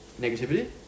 negativity